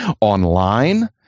online